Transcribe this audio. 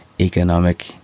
economic